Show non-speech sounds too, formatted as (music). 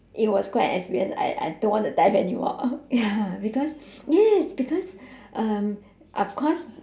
it was quite an experience I I don't want to dive anymore (noise) ya because yes because um of course